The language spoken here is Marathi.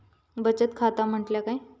बचत खाता म्हटल्या काय?